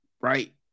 right